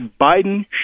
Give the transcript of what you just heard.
Biden